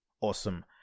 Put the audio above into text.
Awesome